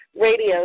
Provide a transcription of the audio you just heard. Radio